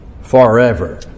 forever